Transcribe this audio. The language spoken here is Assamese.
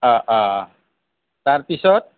তাৰ পিছত